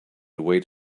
await